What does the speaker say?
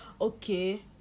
okay